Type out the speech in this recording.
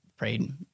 Prayed